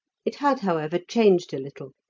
it had, however, changed a little,